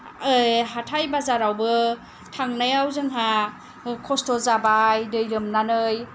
हाथाय बाजारावबो थांनायाव जोंहा खस्थ' जाबाय दै लोमनानै